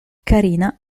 carina